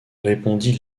répondit